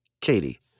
Katie